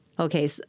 Okay